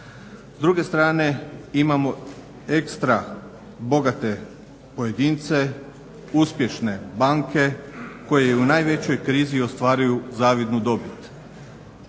S druge strane imamo ekstra bogate pojedince, uspješne banke koje i u najvećoj krizi ostvaruju zavidnu dobit.